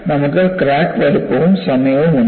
നമുക്ക് ക്രാക്ക് വലുപ്പവും സമയവും ഉണ്ട്